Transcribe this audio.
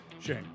Shame